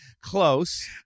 Close